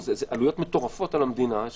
זה עלויות מטורפות על המדינה.